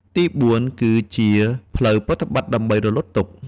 ទីបួន គឺ ជាផ្លូវប្រតិបត្តិដើម្បីរំលត់ទុក្ខ។